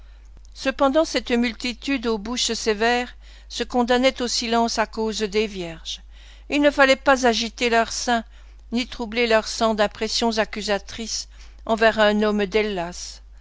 cependant cette multitude aux bouches sévères se condamnait au silence à cause des vierges il ne fallait pas agiter leur sein ni troubler leur sang d'impressions accusatrices envers un homme